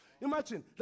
Imagine